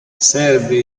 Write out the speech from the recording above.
serve